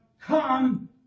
come